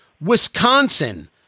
Wisconsin